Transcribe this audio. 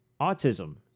autism